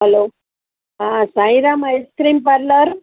hello હા Sairam ice cream parlour